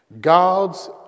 God's